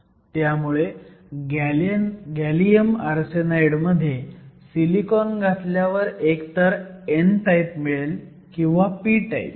त्यामुळे gallium arsenide मध्ये silicon घातल्यावर एकतर n टाईप मिळेल किंवा p टाईप